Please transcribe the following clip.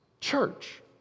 church